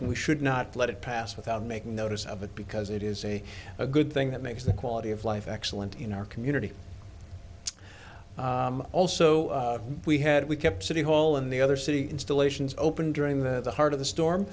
and we should not let it pass without making notice of it because it is a good thing that makes the quality of life excellent in our community also we had we kept city hall in the other city installations open during the heart of the